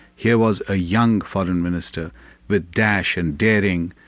here was a young foreign minister with dash and daring,